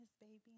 baby